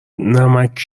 نمکـ